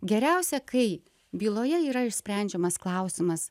geriausia kai byloje yra išsprendžiamas klausimas